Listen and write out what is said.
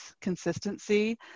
consistency